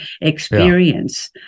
experience